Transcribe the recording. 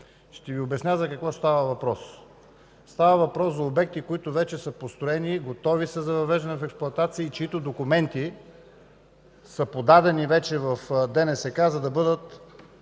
Ще Ви обясня за какво става въпрос – за обекти, които вече са построени, готови са за въвеждане в експлоатация, чиито документи вече са подадени в ДНСК, за да получат